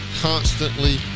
constantly